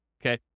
okay